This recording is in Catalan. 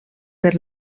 per